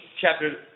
chapter